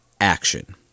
action